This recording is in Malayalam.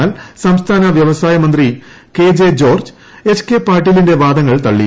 എന്നാൽ സംസ്ഥാന വൃവസായ മന്ത്രി K J George H K പാട്ടീലിന്റെ വാദങ്ങൾതള്ളി